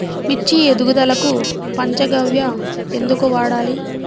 మిర్చి ఎదుగుదలకు పంచ గవ్య ఎందుకు వాడాలి?